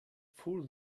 full